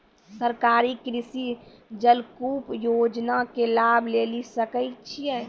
सरकारी कृषि जलकूप योजना के लाभ लेली सकै छिए?